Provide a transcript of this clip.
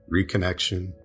reconnection